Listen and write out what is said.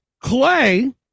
Clay